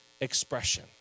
expression